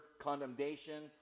condemnation